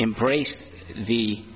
embraced the